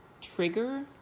trigger